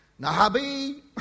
Nahabi